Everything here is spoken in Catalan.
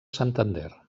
santander